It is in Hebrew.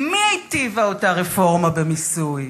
עם מי היטיבה אותה רפורמה במיסוי?